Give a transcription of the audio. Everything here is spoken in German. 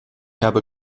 habe